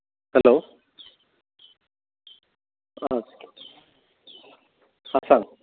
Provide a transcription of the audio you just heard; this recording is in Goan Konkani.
हॅलो आं आं सांग